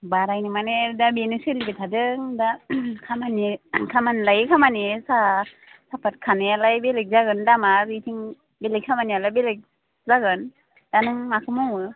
बारायनो माने दा बेनो सोलिबाय थादों दा खामानि लायै खामानि साह सापात खानायालाय बेलेक जागोन दामआ बेथिं बेलेक खामानियालाय बेलेक जागोन दा नों माखौ मावो